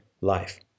life